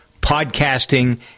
podcasting